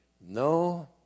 No